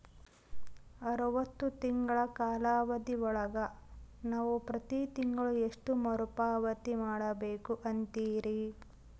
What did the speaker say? ಅರವತ್ತು ತಿಂಗಳ ಕಾಲಾವಧಿ ಒಳಗ ನಾವು ಪ್ರತಿ ತಿಂಗಳು ಎಷ್ಟು ಮರುಪಾವತಿ ಮಾಡಬೇಕು ಅಂತೇರಿ?